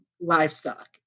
livestock